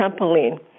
trampoline